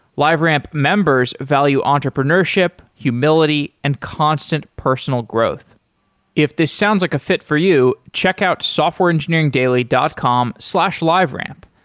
liveramp members value entrepreneurship, humility and constant personal growth if this sounds like a fit for you, check out softwareengineeringdaily dot com slash liveramp.